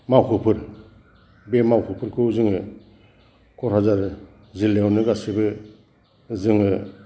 मावख'फोर बे मावख'फोरखौ जोङो क'क्राझार जिल्लायावनो गासैबो जोङो